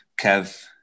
Kev